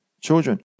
children